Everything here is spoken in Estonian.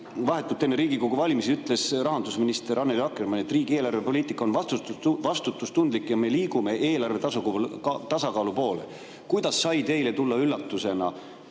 vahetult enne Riigikogu valimisi, ütles rahandusminister Annely Akkermann, et riigi eelarvepoliitika on vastutustundlik ja me liigume eelarve tasakaalu poole. (Juhataja helistab kella.)